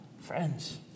Friends